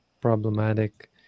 problematic